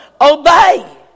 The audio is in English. obey